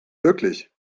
wirklich